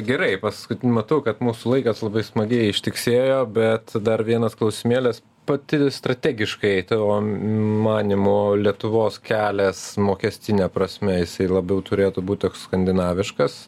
gerai paskutin matau kad mūsų laikas labai smagiai ištiksėjo bet dar vienas klausimėlis pati strategiškai tavo manymu lietuvos kelias mokestine prasme isai labiau turėtų būt toks skandinaviškas